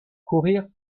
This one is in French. courir